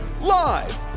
Live